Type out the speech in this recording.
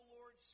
Lord